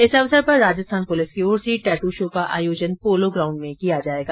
इस अवसर पर राजस्थान पुलिस की ओर से टैटू शो का आयोजन पोलो ग्राउण्ड में किया जाएगा